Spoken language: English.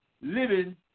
living